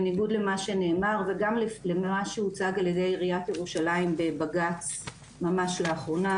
בניגוד למה שנאמר ומה שהוצג ע"י עיריית ירושלים בבג"ץ ממש לאחרונה,